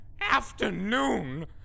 Afternoon